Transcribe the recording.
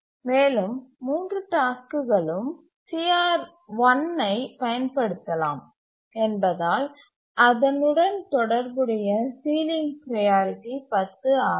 மேலும் மூன்று டாஸ்க்குகளும் CR1 ஐப் பயன்படுத்தலாம் என்பதால் அதனுடன் தொடர்புடைய சீலிங் ப்ரையாரிட்டி 10 ஆகும்